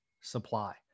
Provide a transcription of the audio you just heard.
supply